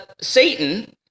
Satan